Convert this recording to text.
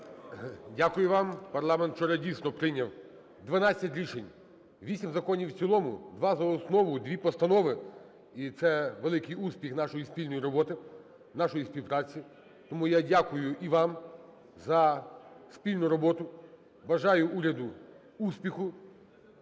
Дякую вам. Парламент вчора дійсно прийняв 12 рішень: 8 законів - в цілому, 2 - за основу, 2 постанови. І це великий успіх нашої спільної роботи, нашої співпраці. Тому я дякую і вам за спільну роботу. Бажаю уряду успіху